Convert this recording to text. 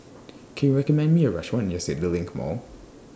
Can YOU recommend Me A Restaurant near CityLink Mall